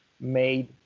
made